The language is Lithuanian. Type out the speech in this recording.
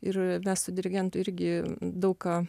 ir mes su dirigentu irgi daug ką